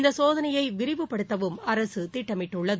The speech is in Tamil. இந்த சோதனையை விரிவுபடுத்தவும் அரசு திட்டமிட்டுள்ளது